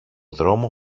δρόμο